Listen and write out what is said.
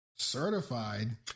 Certified